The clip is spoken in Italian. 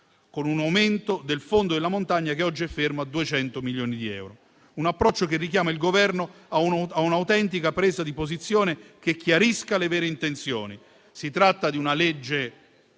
con un aumento del Fondo della montagna che oggi è fermo a 200 milioni di euro, un approccio che richiama il Governo a un'autentica presa di posizione che chiarisca le vere intenzioni: si tratta di una legge